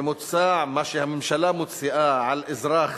בממוצע, מה שהממשלה מוציאה על אזרח